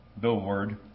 billboard